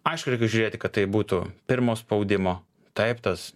aišku reikia žiūrėti kad tai būtų pirmo spaudimo taip tas